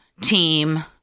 team